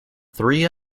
three